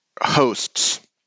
hosts